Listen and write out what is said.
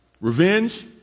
Revenge